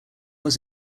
was